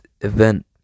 event